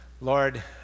Lord